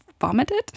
vomited